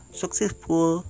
successful